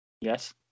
Yes